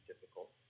difficult